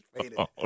faded